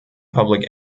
public